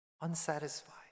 unsatisfied